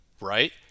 Right